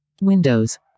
Windows